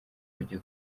bajya